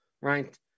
Right